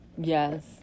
yes